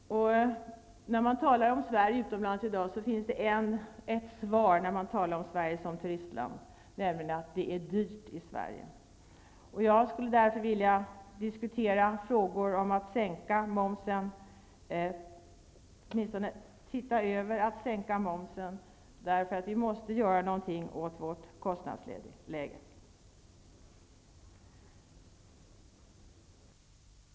När man i dag utomlands talar om Sverige som turistland får man en kommentar, nämligen att det är dyrt i Sverige. Jag skulle därför vilja diskutera möjligheten att sänka momsen. Vi måste nämligen göra något åt vårt kostnadsläge.